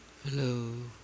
Hello